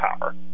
power